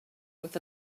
with